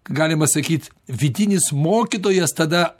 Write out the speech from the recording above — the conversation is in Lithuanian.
galima sakyt vidinis mokytojas tada